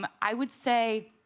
um i would say.